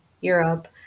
Europe